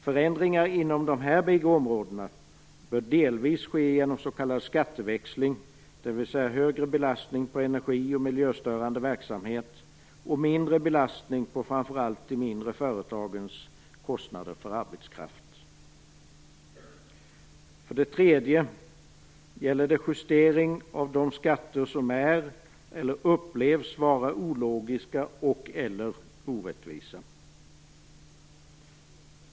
Förändringar inom de här båda områdena bör delvis ske genom s.k. skatteväxling, dvs. större belastning på energi och miljöstörande verksamhet och mindre belastning på framför allt de mindre företagens kostnader för arbetskraft. För det tredje gäller det justering av de skatter som är, eller upplevs vara, ologiska och/eller orättvisa.